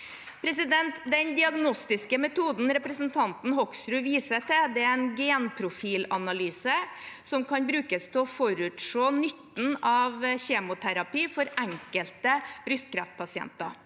Den diagnostiske metoden representanten Hoksrud viser til, er en genprofilanalyse som kan brukes til å forutse nytten av kjemoterapi for enkelte brystkreftpasienter.